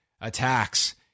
attacks